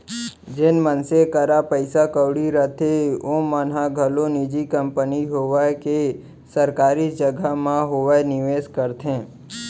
जेन मनसे करा पइसा कउड़ी रथे ओमन ह घलौ निजी कंपनी होवय के सरकारी जघा म होवय निवेस करथे